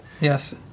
Yes